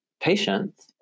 patience